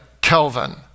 Kelvin